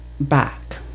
back